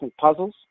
puzzles